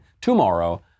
tomorrow